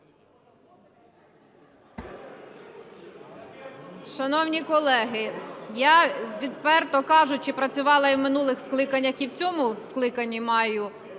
Шановні колеги, я, відверто кажучи, працювала і в минулих скликаннях, і в цьому скликанні маю